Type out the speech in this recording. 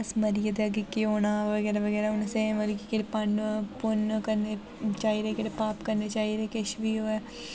अस मरी दे अग्गें केह् होना बगैरा बगैरा हून असें मतलब कि पन पु'न्न करने चाहि्दे केह्ड़े पाप करने चाहि्दे किश बी होऐ